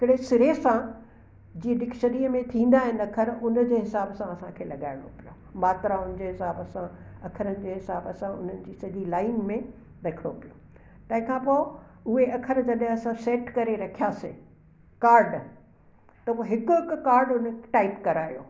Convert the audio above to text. हिकिड़े सिरे सां जीअं डिक्शनरीअ में थींदा आहिनि अखर हुनजे हिसाब सां असांखे लॻाइणो पियो मात्राऊनि जे हिसाब सां अखरनि जे हिसाब सां उन्हनि जी सॼी लाईन में लिखिणो पियो तंहिं खां पोइ उहे अखर जॾहिं असां सेट करे रखियासीं काड त हिकु हिकु काड हुन टाईप करायो